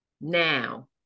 Now